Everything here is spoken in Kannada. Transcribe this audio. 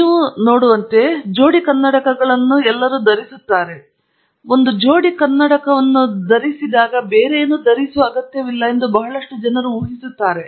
ನೀವು ನೋಡುವಂತೆ ನಾನು ಈಗಾಗಲೇ ಜೋಡಿ ಕನ್ನಡಕಗಳನ್ನು ಧರಿಸುತ್ತಿದ್ದೇನೆ ಆದ್ದರಿಂದ ನೀವು ಒಂದು ಜೋಡಿ ಕನ್ನಡಕವನ್ನು ಧರಿಸಿದಾಗ ನೀವು ಬೇರೇನೂ ಧರಿಸುವ ಅಗತ್ಯವಿಲ್ಲ ಎಂದು ಬಹಳಷ್ಟು ಜನರು ಊಹಿಸುತ್ತಾರೆ